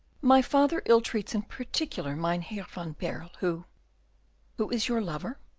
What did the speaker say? my father ill-treats in particular mynheer van baerle, who who is your lover?